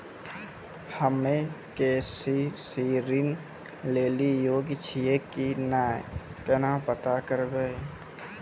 हम्मे के.सी.सी ऋण लेली योग्य छियै की नैय केना पता करबै?